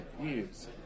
years